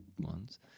ones